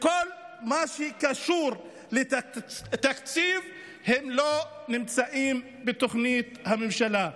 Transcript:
בכל מה שקשור לתקציב הם לא נמצאים בתוכנית הממשלה.